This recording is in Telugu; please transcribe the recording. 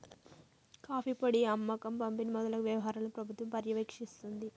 కాఫీ పొడి అమ్మకం పంపిణి మొదలగు వ్యవహారాలను ప్రభుత్వం పర్యవేక్షిస్తుంది